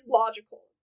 logical